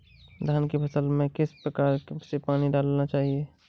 धान की फसल में किस प्रकार से पानी डालना चाहिए?